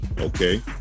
okay